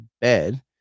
bed